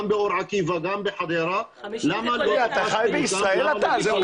גם באור עקיבא וגם בחדרה --- אתה חי בישראל אתה?